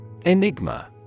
Enigma